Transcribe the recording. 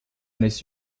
eines